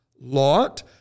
Lot